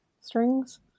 strings